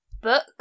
book